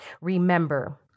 remember